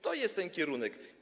To jest ten kierunek.